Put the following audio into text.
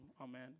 amen